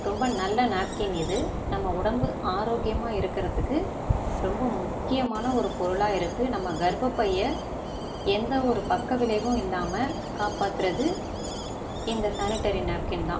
ரொம்ப நல்ல நாப்கின் இது நம்ம உடம்பு ஆரோக்கியமாக இருக்கிறதுக்கு ரொம்ப முக்கியமான ஒரு பொருளாக இருக்குது நம்ம கர்ப்பப்பையை எந்தவொரு பக்க விளைவும் இல்லாமல் காப்பாற்றுறது இந்த சானிடரி நாப்கின் தான்